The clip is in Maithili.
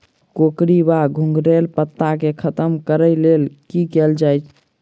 कोकरी वा घुंघरैल पत्ता केँ खत्म कऽर लेल की कैल जाय?